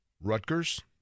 rutgers